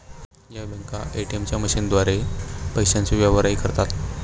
या बँका ए.टी.एम मशीनद्वारे पैशांचे व्यवहारही करतात